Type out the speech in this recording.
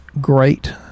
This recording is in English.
great